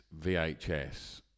VHS